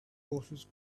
horses